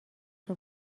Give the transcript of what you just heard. صبح